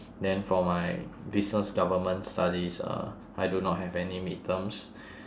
then for my business government studies uh I do not have any mid terms